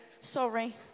sorry